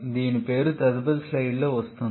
దీని పేరు తదుపరి స్లైడ్లో వస్తోంది